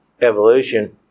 evolution